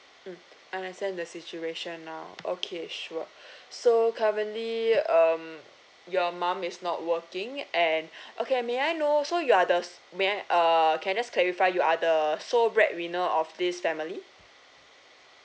mm understand the situation now okay sure so currently um your mum is not working and okay may I know so you are the may I err can I just clarify you are the sole breadwinner of this family